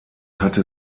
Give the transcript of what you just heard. hatte